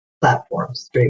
platforms